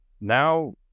Now